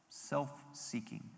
self-seeking